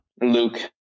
Luke